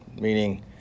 Meaning